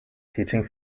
teaching